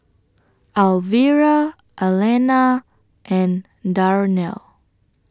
Alvira Allena and Darnell